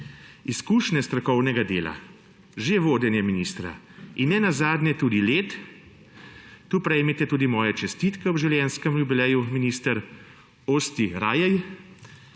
Izkušnje strokovnega dela, že vodenje ministra in nenazadnje tudi let, tu prejmete tudi moje čestitke ob življenjskem jubileju, minister, Osti jarej!,